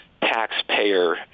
taxpayer